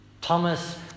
Thomas